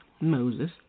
Moses